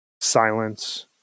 silence